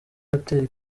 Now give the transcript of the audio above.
hotel